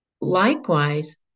Likewise